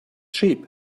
sheep